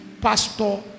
Pastor